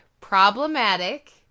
problematic